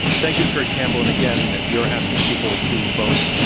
thank you, kurt campbell. and, again, you're asking people to vote,